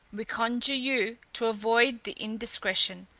we conjure you to avoid the indiscretion,